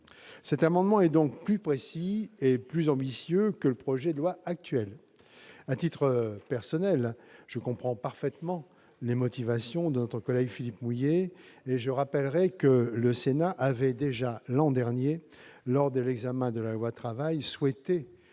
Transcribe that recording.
Cet amendement est donc plus précis et plus ambitieux que le projet de loi actuel. À titre personnel, je comprends parfaitement les motivations de notre collègue Philippe Mouiller et je rappelle que le Sénat avait déjà, l'an dernier, lors de l'examen de la loi Travail, souhaité